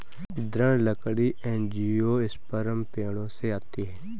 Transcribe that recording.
दृढ़ लकड़ी एंजियोस्पर्म पेड़ों से आती है